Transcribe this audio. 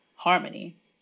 harmony